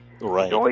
Right